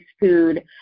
food